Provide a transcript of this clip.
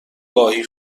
گاهی